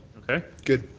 okay? good.